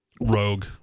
Rogue